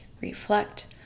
reflect